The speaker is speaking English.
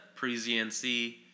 PreZNC